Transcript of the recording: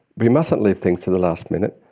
we mustn't leave things to the last minute.